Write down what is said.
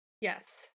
Yes